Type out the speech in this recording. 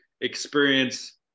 experience